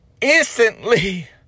instantly